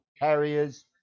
carriers